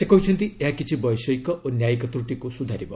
ସେ କହିଛନ୍ତି ଏହା କିଛି ବୈଷୟିକ ଓ ନ୍ୟାୟିକ ତ୍ରୁଟିକୁ ସୁଧାରିବ